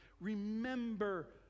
Remember